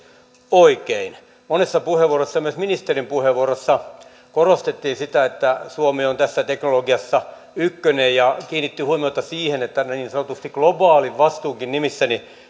oikein monessa puheenvuorossa ja myös ministerin puheenvuorossa korostettiin sitä että suomi on tässä teknologiassa ykkönen ja kiinnitin huomiota siihen että niin sanotusti globaalin vastuunkin nimissä